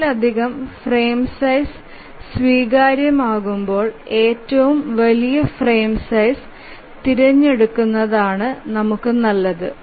ഒന്നിലധികം frame size സ്വീകാര്യമാകുമ്പോൾ ഏറ്റവും വലിയ ഫ്രെയിം സൈസ് തിരഞ്ഞെടുക്കുന്നത് നമുക്ക് നല്ലതു